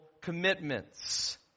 commitments